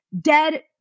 Dead